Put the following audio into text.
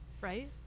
right